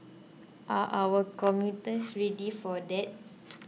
are our commuters ready for that